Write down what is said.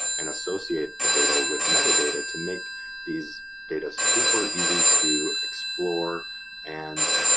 and associate the data with metadata to make these data super easy to explore and